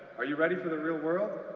are you ready for the real world?